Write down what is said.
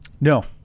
No